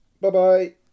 Bye-bye